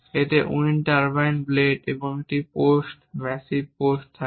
এতে wind turbine blade এবং একটি পোস্ট ম্যাসিভ পোস্ট থাকে